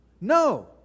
No